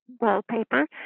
wallpaper